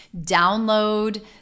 download